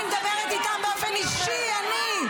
אני מדברת איתם באופן אישי, אני.